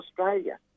Australia